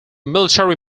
military